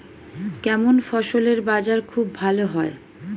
কেমন ফসলের বাজার খুব ভালো হয়?